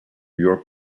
york